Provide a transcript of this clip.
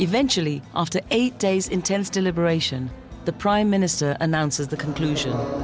eventually after eight days intense deliberation the prime minister announces the conclusion